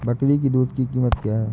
बकरी की दूध की कीमत क्या है?